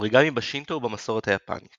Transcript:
אוריגמי בשינטו ובמסורת היפנית